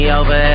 over